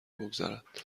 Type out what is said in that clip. بگذرد